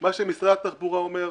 מה שמשרד התחבורה אומר,